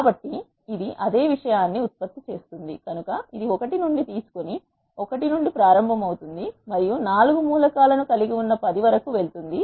కాబట్టి ఇది అదే విషయాన్ని ఉత్పత్తి చేస్తుంది కనుక ఇది ఒకటి నుండి తీసుకొని 1 నుండి ప్రారంభమవుతుంది మరియు 4 మూలకాలను కలిగి ఉన్న 10 వరకు వెళుతుంది